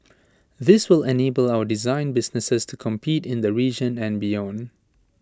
this will enable our design businesses to compete in the region and beyond